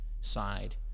side